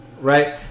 right